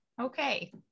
okay